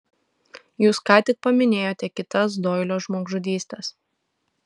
jūs ką tik paminėjote kitas doilio žmogžudystes